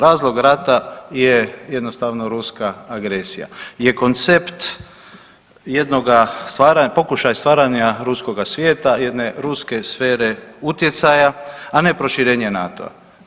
Razlog rata je jednostavno ruska agresija je koncept jednoga pokušaja stvaranja ruskoga svijeta, jedne ruske sfere utjecaja, a ne proširenje NATO-a.